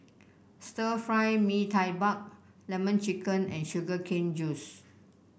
Stir Fry Mee Tai Mak lemon chicken and Sugar Cane Juice